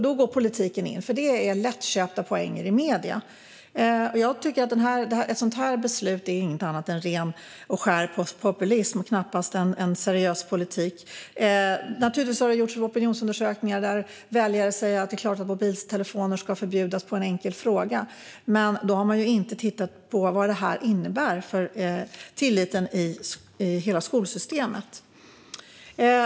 Då går politiken in, för det är lättköpta poänger i medierna. Jag tycker att ett sådant här beslut inte är något annat än ren och skär populism. Det är knappast en seriös politik. Naturligtvis har det gjorts opinionsundersökningar där väljare säger att de tycker att det är klart att mobiltelefoner ska förbjudas, som svar på en enkel fråga, men då har de inte tittat på vad detta innebär för tilliten i hela skolsystemet.